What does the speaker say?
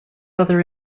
other